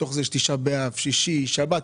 בתוכו היו ט' באב, שישי ושבת.